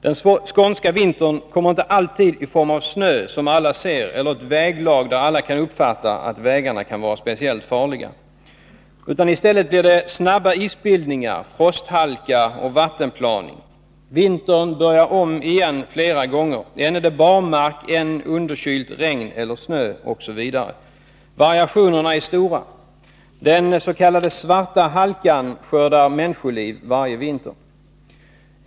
Den skånska vititerti kommer inte alltid i form av snö, som alla ser, eller ett väglag som gör att alla kan uppfatta att vägarna kan vara speciellt farliga. I stället blir det snabba isbildningar, frosthalka och vattenplaning. Och vintern börjar om flera gånger — än är det barmark, än underkylt regn eller snö, osv. Variationerna är stofa. Den s.k. svarta halkan skördar människoliv varje vinter.